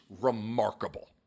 remarkable